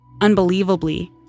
Unbelievably